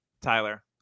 Tyler